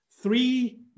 three